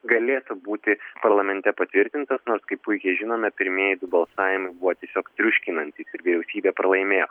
galėtų būti parlamente patvirtintas nors kaip puikiai žinome pirmieji du balsavimai buvo tiesiog triuškinantys ir vyriausybė pralaimėjo